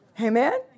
Amen